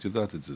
את יודעת את זה.